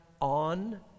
on